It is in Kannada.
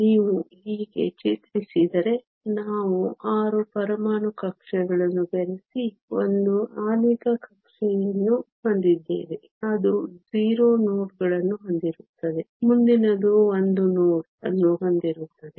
ನೀವು ಹೀಗೆ ಚಿತ್ರಿಸಿದರೆ ನಾವು 6 ಪರಮಾಣು ಕಕ್ಷೆಗಳನ್ನು ಬೆರೆಸಿ 1 ಆಣ್ವಿಕ ಕಕ್ಷೆಯನ್ನು ಹೊಂದಿದ್ದೇವೆ ಅದು 0 ನೋಡ್ ಗಳನ್ನು ಹೊಂದಿರುತ್ತದೆ ಮುಂದಿನದು 1 ನೋಡ್ ಅನ್ನು ಹೊಂದಿರುತ್ತದೆ